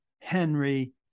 Henry